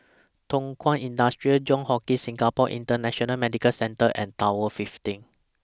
Thow Kwang Industry Johns Hopkins Singapore International Medical Centre and Tower fifteen